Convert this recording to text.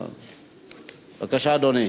בבקשה, אדוני.